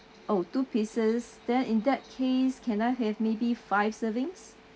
oh two pieces then in that case can I have maybe five servings